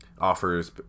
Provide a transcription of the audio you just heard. Offers